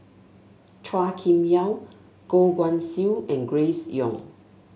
Chua Kim Yeow Goh Guan Siew and Grace Young